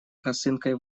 косынкой